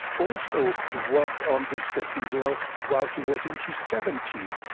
also worked on this cathedral while he was in his seventy s.